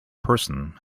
person